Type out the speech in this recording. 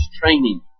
training